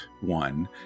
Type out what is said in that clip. one